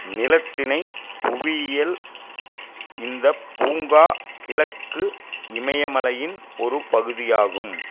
நிலத்தினைப் புவியியல் இந்தப் பூங்கா கிழக்கு இமயமலையின் ஒரு பகுதி ஆகும்